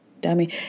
dummy